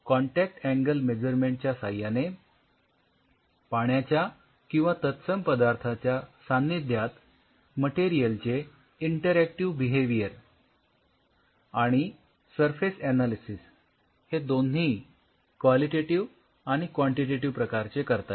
contact angle measurement च्या साह्याने पाण्याच्या किंवा तत्सम पदार्थाच्या सान्निध्यात मटेरियलचे इंटरॅक्टिव्ह बिहेविअर आणि सरफेस ऍनालिसिस हे दोन्ही क्वालिटेटिव्ह आणि क्वांटिटेटिव्ह प्रकारचे करता येते